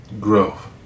growth